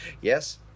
yes